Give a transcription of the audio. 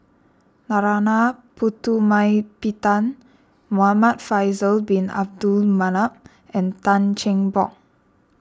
Narana Putumaippittan Muhamad Faisal Bin Abdul Manap and Tan Cheng Bock